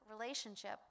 relationship